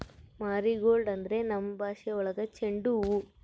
marigold ಅಂದ್ರೆ ನಮ್ ಭಾಷೆ ಒಳಗ ಚೆಂಡು ಹೂವು